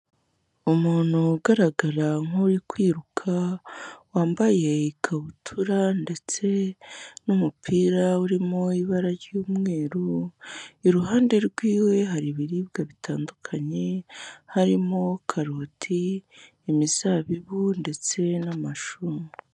Umuntu ugaragara nk'uri kwiruka wambaye ikabutura ndetse n'umupira urimo ibara ry'umweru, iruhande rw'iwe hari ibiribwa bitandukanye harimo karoti, imizabibu ndetse n'amashu.